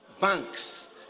banks